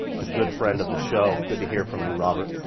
a good friend of the show. good to hear from you, robert.